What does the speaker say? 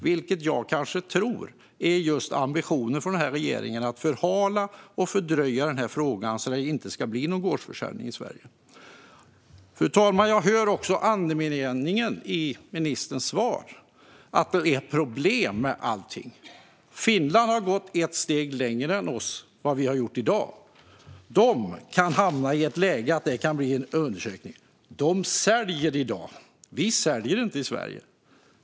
Just detta tror jag kan vara regeringens ambition: att förhala och fördröja frågan så att det inte blir någon gårdsförsäljning i Sverige. Fru talman! Jag hör andemeningen i ministerns svar, att det är problem med allting. Finland har gått ett steg längre än vad vi har gjort i dag. De kan hamna i ett läge där det kan bli en undersökning. De säljer i dag. Vi säljer inte i Sverige.